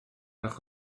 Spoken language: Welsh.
ochr